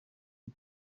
ati